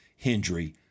Hendry